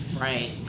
right